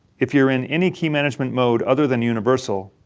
if you're in any key management mode other than universal,